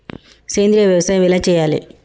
సేంద్రీయ వ్యవసాయం ఎలా చెయ్యాలే?